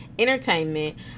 entertainment